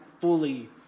fully